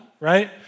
right